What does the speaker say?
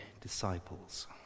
disciples